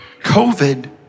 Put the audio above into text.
COVID